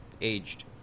aged